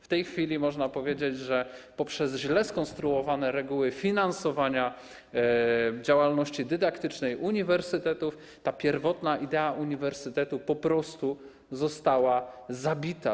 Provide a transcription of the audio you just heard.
W tej chwili można powiedzieć, że poprzez źle skonstruowane reguły finansowania działalności dydaktycznej uniwersytetów ta pierwotna idea uniwersytetów po prostu została zabita.